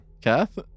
Kath